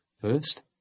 First